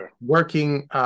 working